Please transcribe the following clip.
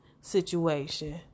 situation